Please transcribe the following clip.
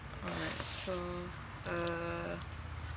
alright so uh